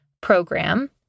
program